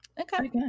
Okay